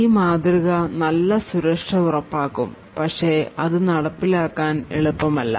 ഈ മാതൃക നല്ല സുരക്ഷ ഉറപ്പാക്കും പക്ഷേ ഇത് നടപ്പിലാക്കാൻ എളുപ്പമല്ല